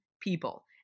people